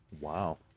Wow